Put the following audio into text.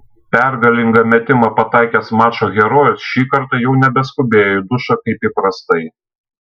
pergalingą metimą pataikęs mačo herojus šį kartą jau nebeskubėjo į dušą kaip įprastai